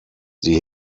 sie